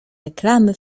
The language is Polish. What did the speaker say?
reklamy